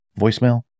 voicemail